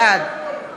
בעד